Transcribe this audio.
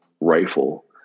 rifle